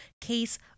case